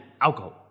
alcohol